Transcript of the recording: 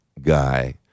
guy